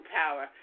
power